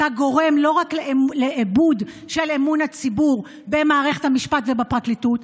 גורם לא רק לאיבוד של אמון הציבור במערכת המשפט ובפרקליטות,